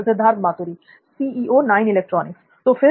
सिद्धार्थ मातुरी तो फिर